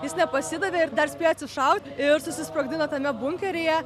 jis nepasidavė ir dar spėjo atsišaut ir susisprogdino tame bunkeryje